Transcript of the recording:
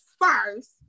first